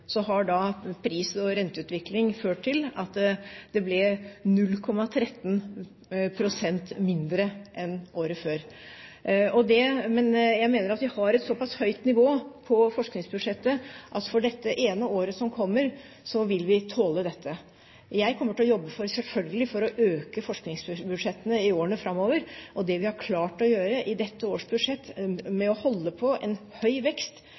Så har da pris- og renteutviklingen ført til at det ble 0,13 pst. mindre enn året før. Men jeg mener vi har et så pass høyt nivå på forskningsbudsjettet at for dette ene året som kommer, vil vi tåle dette. Jeg kommer til å jobbe for, selvfølgelig, å øke forskningsbudsjettene i årene framover. Det vi har klart å gjøre i dette neste års budsjett, er å holde på en høy vekst